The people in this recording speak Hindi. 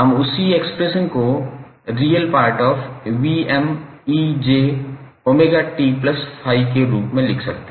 हम उसी एक्सप्रेशन को 𝑅𝑒𝑉𝑚𝑒𝑗𝜔𝑡∅ के रूप में लिख सकते हैं